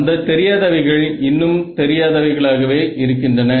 அந்த தெரியாதவைகள் இன்னும் தெரியாதவைகளாகவே இருக்கின்றன